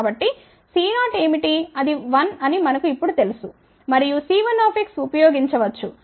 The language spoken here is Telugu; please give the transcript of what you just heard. కాబట్టి C0ఏమిటి అది 1 అని మనకు ఇప్పుడు తెలుసు మనము C1x ఉపయోగించ వచ్చు